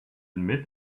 admit